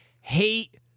hate